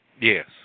Yes